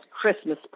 Christmas